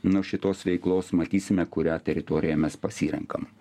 nuo šitos veiklos matysime kurią teritoriją mes pasirenkam